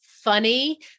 funny